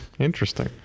Interesting